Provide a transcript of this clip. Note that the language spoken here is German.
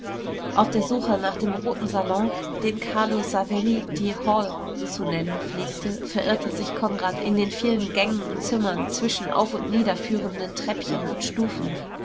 auf der suche nach dem roten salon den carlo savelli die hall zu nennen pflegte verirrte sich konrad in den vielen gängen und zimmern zwischen auf und nieder führenden treppchen und stufen